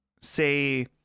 say